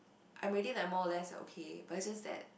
I'm already like more or less like okay but it's just that